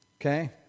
Okay